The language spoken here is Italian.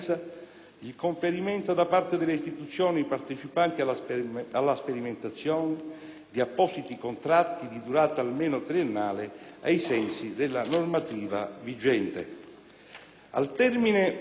il conferimento, da parte delle istituzioni partecipanti alla sperimentazione, di appositi contratti di durata almeno triennale, ai sensi della normativa vigente. Al termine